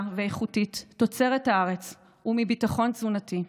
ואיכותית מתוצרת הארץ ומביטחון תזונתי.